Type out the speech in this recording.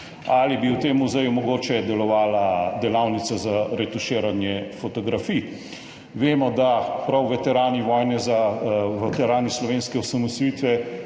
Ali bi v tem muzeju mogoče delovala delavnica za retuširanje fotografij? Vemo, da so prav veterani slovenske osamosvojitve